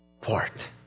port